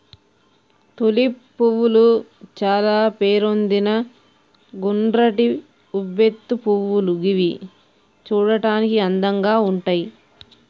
tulip పువ్వులు చాల పేరొందిన గుండ్రటి ఉబ్బెత్తు పువ్వులు గివి చూడడానికి అందంగా ఉంటయ్